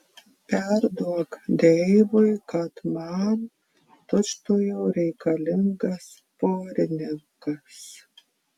perduok deivui kad man tučtuojau reikalingas porininkas